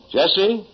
Jesse